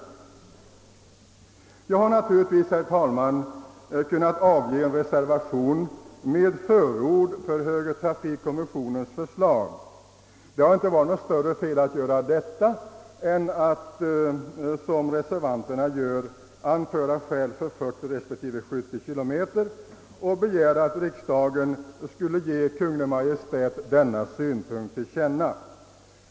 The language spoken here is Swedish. Jag hade naturligtvis, herr talman, kunnat avge en reservation med förord för högertrafikkommissionens förslag. Det hade inte varit ett större fel att göra det än att som reservanterna gör anföra skäl för att fartgränsen sätts till 40 respektive 70 kilometer i timmen och begära att riksdagen skulle ge Kungl. Maj:t denna synpunkt till känna.